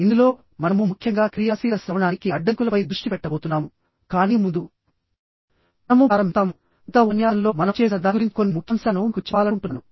ఇందులోమనము ముఖ్యంగా క్రియాశీల శ్రవణాని కి అడ్డంకులపై దృష్టి పెట్టబోతున్నాముకానీ ముందు మనము ప్రారంభిస్తాముగత ఉపన్యాసంలో మనము చేసిన దాని గురించి కొన్ని ముఖ్యాంశాలను మీకు చెప్పాలనుకుంటున్నాను